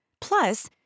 Plus